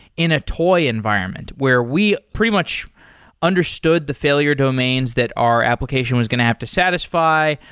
in a toy environment, where we pretty much understood the failure domains that our application was going to have to satisfy.